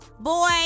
Boy